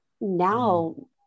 now